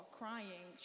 crying